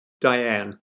Diane